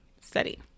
study